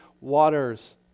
waters